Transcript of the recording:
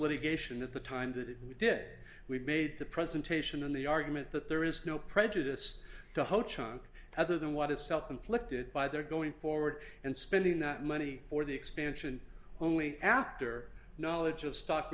litigation at the time that we did we made the presentation and the argument that there is no prejudice the whole chunk other than what is self inflicted by their going forward and spending that money for the expansion only after knowledge of stock